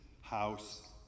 house